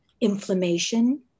inflammation